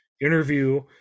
interview